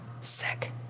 Sick